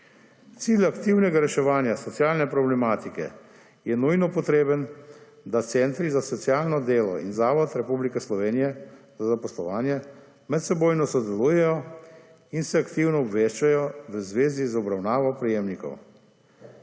Cilj aktivnega reševanja socialne problematike je nujno potreben, da centri za socialno delo in Zavod Republike Slovenije za zaposlovanje medsebojno sodelujejo in se aktivno obveščajo v zvezi z obravnavo prejemnikov.